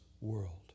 world